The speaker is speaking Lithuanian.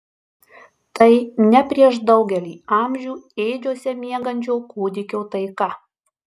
tai ne prieš daugelį amžių ėdžiose miegančio kūdikio taika